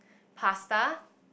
pasta